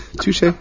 Touche